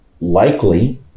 Likely